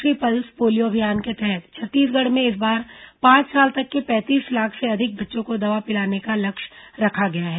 राष्ट्रीय pulse polio अभियान के तहत छत्तीसगढ़ में इस बार पांच साल तक के पैंतीस लाख से अधिक बच्चों को दवा पिलाने का लक्ष्य रखा गया है